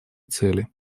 цели